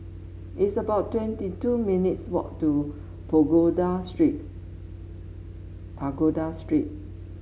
it's about twenty two minutes walk to Pagoda Street Pagoda Street